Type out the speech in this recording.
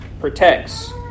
protects